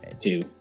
two